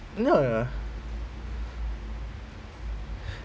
no ya ya